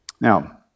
Now